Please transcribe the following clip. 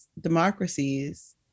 democracies